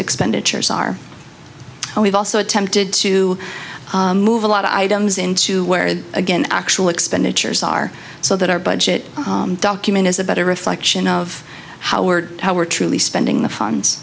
expenditures are and we've also attempted to move a lot of items into where again actual expenditures are so that our budget document is a better reflection of how we're how we're truly spending the funds